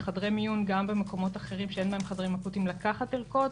לחדרי מיון גם במקומות אחרים שאין בהם חדרים אקוטיים לקחת ערכות.